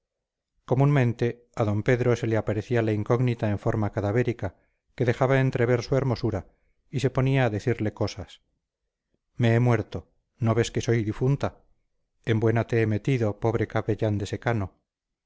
comúnmente a d pedro se le aparecía la incógnita en forma cadavérica que dejaba entrever su hermosura y se ponía a decirle cosas me he muerto no ves que soy difunta en buena te he metido pobre capellán de secano